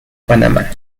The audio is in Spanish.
panamá